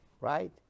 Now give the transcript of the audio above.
right